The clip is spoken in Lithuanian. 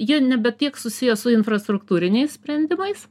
jie nebe tiek susiję su infrastruktūriniais sprendimais